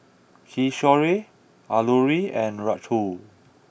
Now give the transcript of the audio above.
Kishore Alluri and Rahul